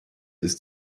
ist